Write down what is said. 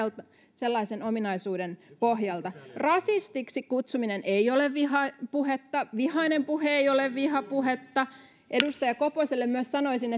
sellaisen ominaisuuden pohjalta rasistiksi kutsuminen ei ole vihapuhetta vihainen puhe ei ole vihapuhetta edustaja koposelle myös sanoisin